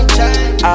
change